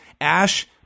Ash